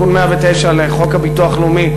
תיקון 109 לחוק הביטוח הלאומי,